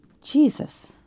Jesus